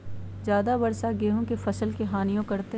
ज्यादा वर्षा गेंहू के फसल के हानियों करतै?